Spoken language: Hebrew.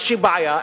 איזו בעיה,